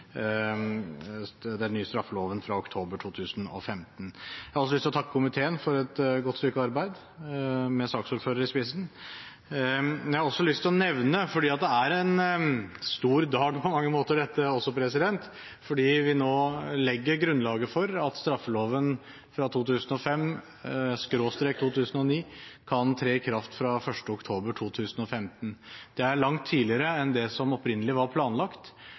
den nye straffeloven fra oktober 2015. Jeg har også lyst til å takke komiteen for et godt stykke arbeid, med saksordføreren i spissen. Jeg har også lyst til å nevne at dette er en stor dag på mange måter, fordi vi nå legger grunnlaget for at straffeloven fra 2005/2009 kan tre i kraft fra 1. oktober 2015, og det er langt tidligere enn det som opprinnelig var planlagt.